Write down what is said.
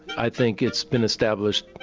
i think it's been established,